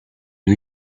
new